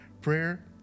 prayer